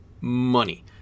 money